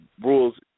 rules